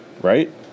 right